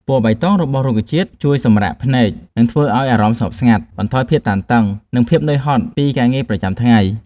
ពណ៌បៃតងរបស់រុក្ខជាតិជួយសម្រាកភ្នែក និងធ្វើឲ្យអារម្មណ៍ស្ងប់ស្ងាត់ បន្ថយភាពតានតឹង និងភាពនឿយហត់ពីការងារប្រចាំថ្ងៃ។